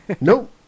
Nope